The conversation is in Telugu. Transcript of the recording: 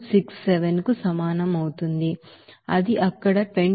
267 కు సమానం అవుతుంది అది అక్కడ 26